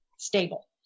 Stable